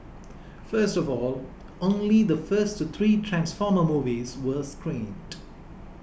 first of all only the first three Transformer movies were screened